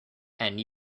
and